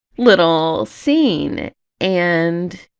little scene and